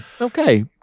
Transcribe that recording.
Okay